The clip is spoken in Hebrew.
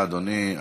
בבקשה, אדוני.